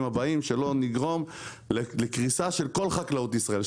הבאים שלא נגרום לקריסה של כל חקלאות ישראל,